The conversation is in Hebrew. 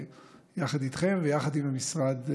ויחד איתכם ויחד עם המשרד,